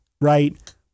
right